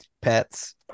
pets